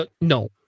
no